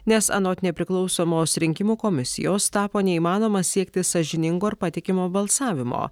nes anot nepriklausomos rinkimų komisijos tapo neįmanoma siekti sąžiningo ir patikimo balsavimo